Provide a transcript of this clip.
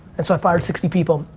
and so, i fired sixty people.